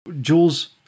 Jules